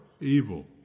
evil